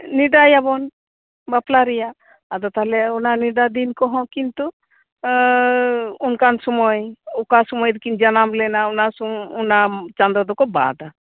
ᱱᱮᱰᱟᱭᱟᱵᱚᱱ ᱵᱟᱯᱞᱟ ᱨᱮᱭᱟᱜ ᱟᱫᱚ ᱛᱟᱦᱞᱮ ᱚᱱᱟ ᱱᱮᱰᱟ ᱫᱤᱱ ᱠᱟᱦᱚᱸ ᱠᱤᱱᱛᱩ ᱚᱱᱠᱟᱱ ᱥᱩᱢᱚᱭ ᱚᱠᱟ ᱥᱩᱢᱟᱹᱭ ᱨᱮᱠᱤᱱ ᱡᱟᱱᱟᱢ ᱞᱮᱱᱟ ᱚᱱᱟ ᱥᱩᱢᱟᱹᱭ ᱚᱱᱟ ᱪᱟᱸᱫᱚ ᱫᱚᱠᱚ ᱵᱟᱫᱟ